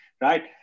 right